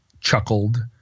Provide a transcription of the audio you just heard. chuckled